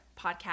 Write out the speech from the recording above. podcast